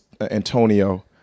Antonio